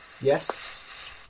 Yes